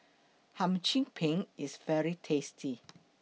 Hum Chim Peng IS very tasty